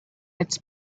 its